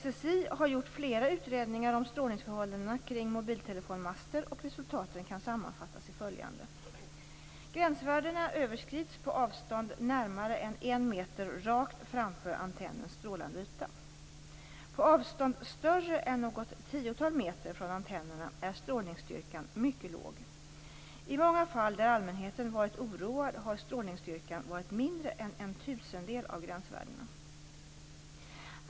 SSI har gjort flera utredningar om strålningsförhållandena kring mobiltelefonmaster, och resultaten kan sammanfattas i följande. - Gränsvärdena överskrids på avstånd närmare än en meter rakt framför antennens strålande yta. - På avstånd större än något tiotal meter från antennerna är strålningsstyrkan mycket låg. I många fall där allmänheten varit oroad har strålningsstyrkan varit mindre än en tusendel av gränsvärdena.